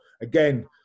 again